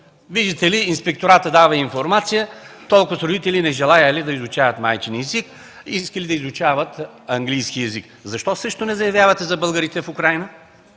Виждате ли, инспекторатът дава информация – толкоз родители не желаели да изучават майчин език и искат да изучават английски език. Защо не заявявате същото за българите в Украйна,